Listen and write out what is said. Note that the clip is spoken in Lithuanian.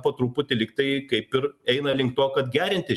po truputį lyg tai kaip ir eina link to kad gerinti